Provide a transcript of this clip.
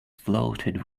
floated